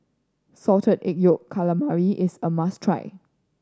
Salted Egg Yolk Calamari is a must try